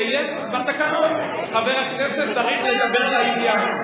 בתקנון, חבר הכנסת צריך לדבר לעניין.